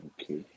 Okay